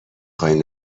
خوای